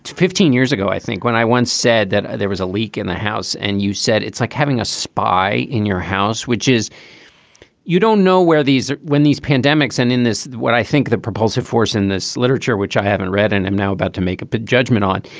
fifteen years ago, i think when i once said that there was a leak in the house and you said it's like having a spy in your house, which is you don't know where these are when these pandemics and in this what i think the propulsive force in this literature, which i haven't read and am now about to make a big judgment on,